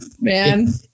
man